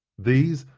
these,